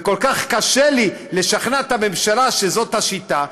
וכל כך קשה לי לשכנע את הממשלה שזאת השיטה.